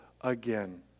again